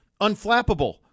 unflappable